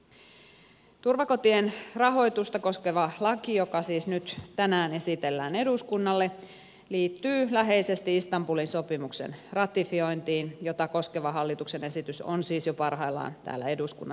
turvakotien rahoitusta koskeva laki joka siis nyt tänään esitellään eduskunnalle liittyy läheisesti istanbulin sopimuksen ratifiointiin jota koskeva hallituksen esitys on siis jo parhaillaan täällä eduskunnassa käsiteltävänä